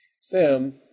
Sam